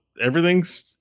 everything's